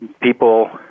people